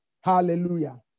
Hallelujah